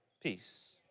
peace